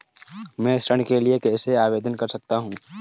मैं ऋण के लिए कैसे आवेदन कर सकता हूं?